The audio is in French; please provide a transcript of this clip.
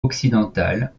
occidentale